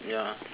ya